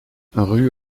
rue